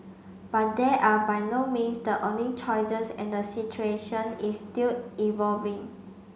but there are by no means the only choices and the situation is still evolving